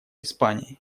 испании